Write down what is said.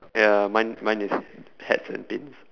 ya mine mine is hats and pins